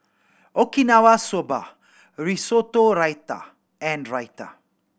Okinawa Soba Risotto Raita and Raita